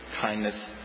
kindness